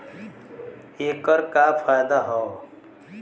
ऐकर का फायदा हव?